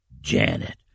Janet